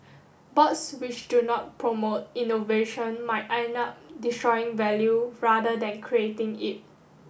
boards which do not promote innovation might end up destroying value rather than creating it